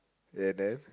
ya then